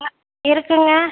ஆ இருக்குங்க